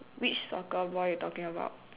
which soccer ball you talking about